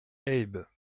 haybes